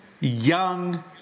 young